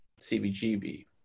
CBGB